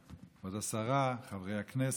כבוד השרה, חברי הכנסת,